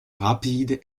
rapide